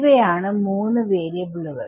ഇവയാണ് 3 വാരിയബിളുകൾ